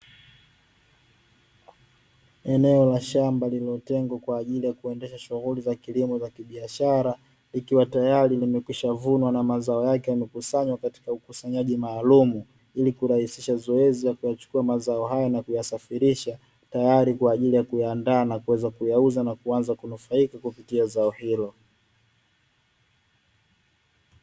Eneo la shamba lililotengwa kwa ajili ya kuendesha shughuli za kilimo za kibiashara, ikiwa tayari limekwishavunwa na mazao yake yamekusanywa katika ukusanyaji maalumu, ili kurahisisha zoezi la kuyachukua mazao haya na kuyasafirisha, tayari kwa ajili ya kuyaandaa na kuweza kuyauza na kuanza kunufaika kupitia zao hilo.